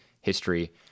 history